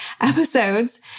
episodes